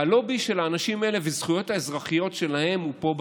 הלובי של האנשים האלה והזכויות האזרחיות שלהם הוא פה בכנסת,